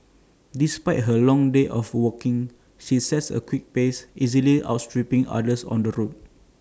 despite her long day of walking she sets A quick pace easily outstripping others on the road